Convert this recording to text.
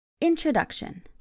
Introduction